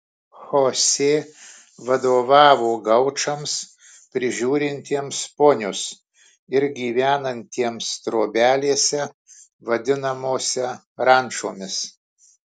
chosė vadovavo gaučams prižiūrintiems ponius ir gyvenantiems trobelėse vadinamose rančomis